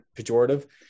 pejorative